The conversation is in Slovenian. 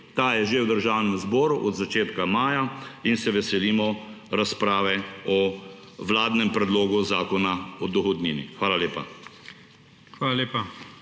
Ta je že v Državnem zboru od začetka maja in se veselimo razprave o vladnem predlogu Zakona o dohodnini. Hvala lepa. PREDSEDNIK